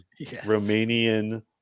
Romanian